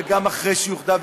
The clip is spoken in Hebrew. וגם אחרי שהיא אוחדה,